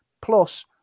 Plus